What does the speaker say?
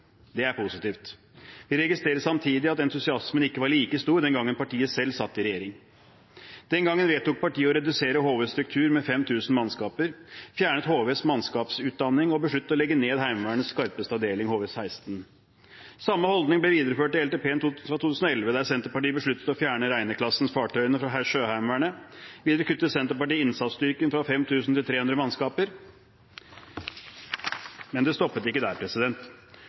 Det er positivt. Jeg registrerer samtidig at entusiasmen ikke var like stor den gangen partiet selv satt i regjering. Den gangen vedtok partiet å redusere HVs struktur med 5 000 mannskaper, fjernet HVs mannskapsutdanning og besluttet å legge ned Heimevernets skarpeste avdeling, HV-16. Samme holdning ble videreført i LTP-en for 2011, der Senterpartiet besluttet å fjerne Reine-klassens fartøy fra Sjøheimevernet. Videre kuttet Senterpartiet innsatsstyrken fra 5 000 til 300 mannskaper. Men det stoppet ikke der.